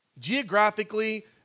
geographically